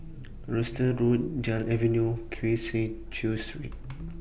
Road Gul Avenue See Cheow Street